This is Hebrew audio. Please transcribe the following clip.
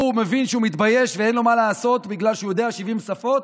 הוא מבין שהוא מתבייש ואין לו מה לעשות בגלל שהוא יודע 70 שפות,